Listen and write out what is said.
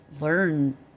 learn